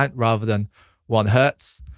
um rather than one hertz.